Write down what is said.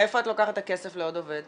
מאיפה את לוקחת את הכסף לעוד עובד?